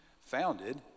founded